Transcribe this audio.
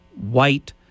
White